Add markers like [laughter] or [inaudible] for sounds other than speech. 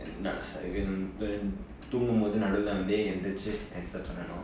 [noise] தூங்கும்போது நடுல வந்து எந்திருச்சு:thungumbothu nadula vanthu endiruchu accept பன்னனும்:pannanum